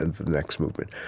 and the next movement,